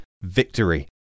Victory